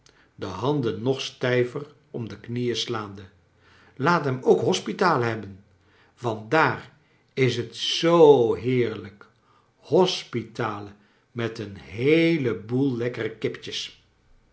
de handen nog stijver om de knieen slaande laat hem ook hospitalen hebben want daar is het zoo heerlijk hospitalen met een heelen boel lekkere kippetjes